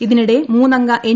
ഇതിനിടെ മൂന്നംഗ എൻ